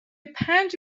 پنج